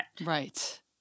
Right